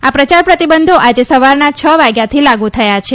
આ પ્રચાર પ્રતિબંધો આજે સવારના છ વાગ્યાથી લાગુ થયા છે